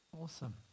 Awesome